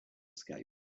escape